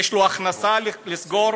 יש לו הכנסה לסגור